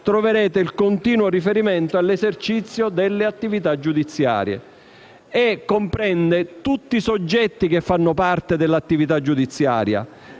troverete il continuo riferimento all'esercizio delle attività giudiziarie che comprende tutti i soggetti che fanno parte di tali attività: i